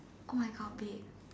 my God babe